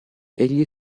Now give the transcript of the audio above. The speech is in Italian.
egli